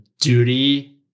duty